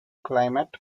climate